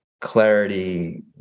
clarity